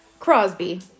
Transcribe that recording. Crosby